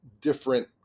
different